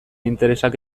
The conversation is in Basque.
interesak